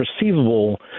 receivable